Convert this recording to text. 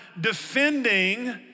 defending